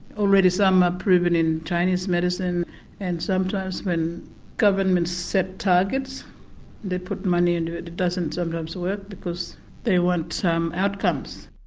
already some are proven in chinese medicine and sometimes when governments set targets they put money into it, it doesn't sometimes work because they want outcomes.